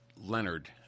Leonard